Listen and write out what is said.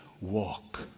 walk